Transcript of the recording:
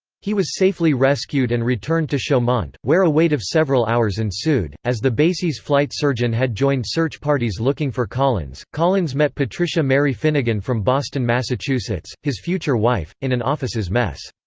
he was safely rescued and returned to chaumont, where a wait of several hours ensued, as the base's flight surgeon had joined search parties looking for collins collins met patricia mary finnegan from boston, massachusetts, his future wife, in an officers' mess.